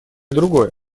другое